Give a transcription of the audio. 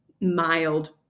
mild